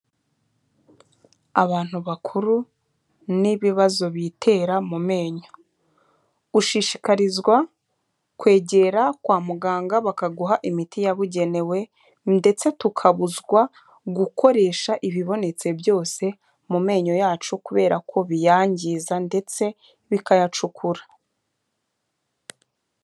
Abantu bakuru n'ibibazo bitera mu menyo. Ushishikarizwa kwegera kwa muganga bakaguha imiti yabugenewe ndetse tukabuzwa gukoresha ibibonetse byose mu menyo yacu kubera ko biyangiza ndetse bikayacukura.